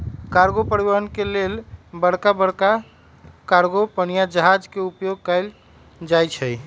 cargo परिवहन के लेल बड़का बड़का कार्गो पनिया जहाज के उपयोग कएल जाइ छइ